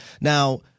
now